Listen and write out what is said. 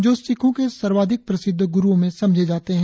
जो सिखों के सर्वाधिक प्रसिद्ध गुरुओं में समझे जाते है